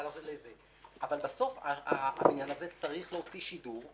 אבל בסוף הבניין הזה צריך להוציא שידור.